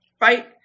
Right